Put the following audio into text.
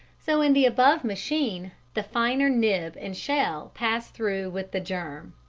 so in the above machine the finer nib and shell pass through with the germ.